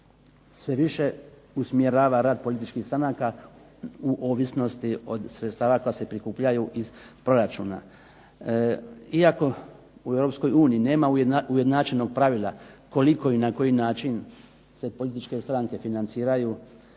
sve više usmjerava rad političkih stranaka u ovisnosti od sredstava koja se prikupljaju iz proračuna. Iako u Europskoj uniji nema ujednačenog pravila koliko i na koji način se političke stranke financiraju